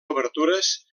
obertures